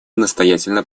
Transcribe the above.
настоятельно